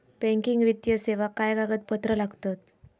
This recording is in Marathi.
बँकिंग वित्तीय सेवाक काय कागदपत्र लागतत?